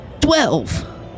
Twelve